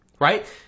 Right